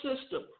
system